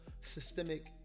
systemic